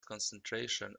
concentration